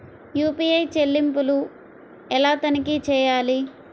UPI చెల్లింపులు ఎలా తనిఖీ చేయాలి?